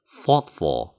thoughtful